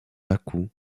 bakou